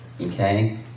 okay